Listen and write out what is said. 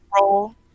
roll